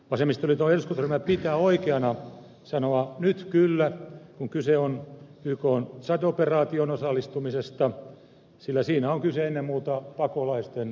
vasemmistoliiton eduskuntaryhmä pitää oikeana sanoa nyt kyllä kun kyse on ykn tsad operaatioon osallistumisesta sillä siinä on kyse ennen muuta pakolaisten suojelusta